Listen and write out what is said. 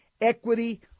equity